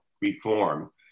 reform